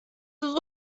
ist